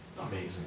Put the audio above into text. amazing